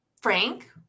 Frank